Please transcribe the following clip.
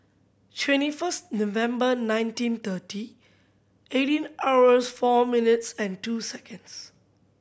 twenty first November nineteen thirty eighteen hours four minutes and two seconds